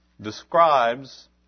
describes